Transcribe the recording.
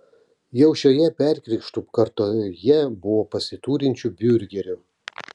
jau šioje perkrikštų kartoje buvo pasiturinčių biurgerių